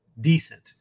decent